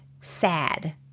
sad